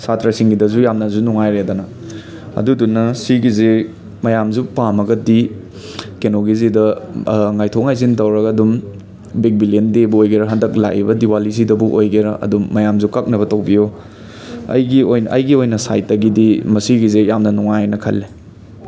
ꯁꯥꯇ꯭ꯔꯁꯤꯡꯒꯤꯗꯁꯨ ꯌꯥꯝꯅꯁꯨ ꯅꯨꯡꯉꯥꯏꯔꯦꯗꯅ ꯑꯗꯨꯗꯨꯅ ꯁꯤꯒꯤꯁꯤ ꯃꯌꯥꯝꯁꯨ ꯄꯥꯝꯃꯒꯗꯤ ꯀꯩꯅꯣꯒꯤꯁꯤꯗ ꯉꯥꯏꯊꯣꯛ ꯉꯥꯏꯁꯤꯟ ꯇꯧꯔꯒ ꯑꯗꯨꯝ ꯕꯤꯛ ꯕꯤꯂꯤꯌꯟ ꯗꯦꯕꯨ ꯑꯣꯏꯒꯦꯔꯥ ꯍꯟꯗꯛ ꯂꯥꯛꯏꯕ ꯗꯤꯋꯥꯂꯤꯗꯕꯨ ꯑꯣꯏꯒꯦꯔꯥ ꯑꯗꯨꯝ ꯃꯌꯥꯝꯁꯨ ꯀꯛꯅꯕ ꯇꯧꯕꯤꯌꯨ ꯑꯩꯒꯤ ꯑꯣꯏꯅ ꯑꯩꯒꯤ ꯑꯣꯏꯅ ꯁꯥꯏꯠꯇꯒꯤꯗꯤ ꯑꯁꯤꯒꯤꯁꯦ ꯌꯥꯝꯅ ꯅꯨꯡꯉꯥꯏꯅ ꯈꯜꯂꯦ